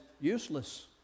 useless